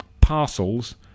Parcels